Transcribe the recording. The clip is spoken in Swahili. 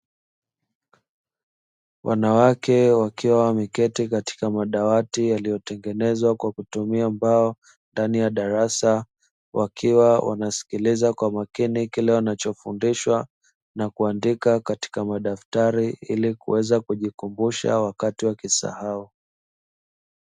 Wanawake wakiwa wameketi katika madawati yaliyotengenezwa kwa kutumia mbao ndani ya darasa, wakiwa wanasikiliza kwa makini kile wanachofundishwa na kuandika katika madaftari ili kuweza kujikumbusha wakati wakisahau.